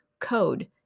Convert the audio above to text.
code